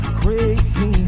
crazy